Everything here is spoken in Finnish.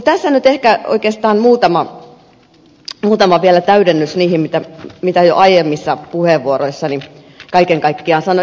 tässä nyt ehkä oikeastaan vielä muutama täydennys niihin mitä jo aiemmissa puheenvuoroissani kaiken kaikkiaan sanoin